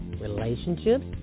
relationships